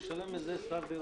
ואני משלם מזה שכר דירה.